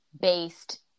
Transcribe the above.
based